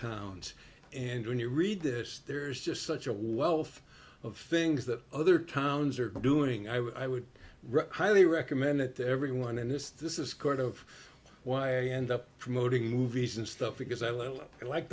towns and when you read this there's just such a wealth of things that other towns are doing i would highly recommend that everyone in this this is corner of why you end up promoting movies and stuff because i l